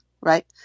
right